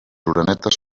orenetes